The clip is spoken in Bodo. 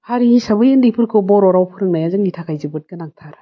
हारि हिसाबै उन्दैफोरखौ बर' राव फोरोंनाया जोंनि थाखाय जोबोद गोनांथार